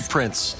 prince